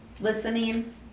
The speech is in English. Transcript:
Listening